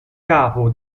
capo